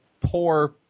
poor